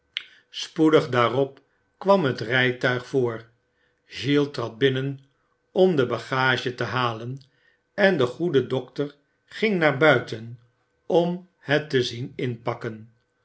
spoedig daarop kwam het rijtuig voor giles trad binnen om de bagage te halen en de goede dokter ging naar buiten om het te zien inpakken